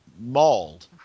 mauled